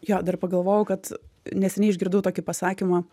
jo dar pagalvojau kad neseniai išgirdau tokį pasakymą